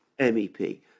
MEP